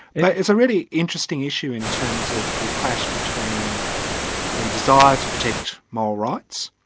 yeah it's a really interesting issue in terms of the clash between the desire to protect moral rights,